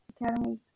Academy